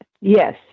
Yes